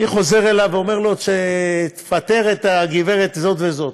אני חוזר אליו ואומר לו: תפטר את גברת זאת וזאת,